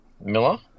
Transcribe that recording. Miller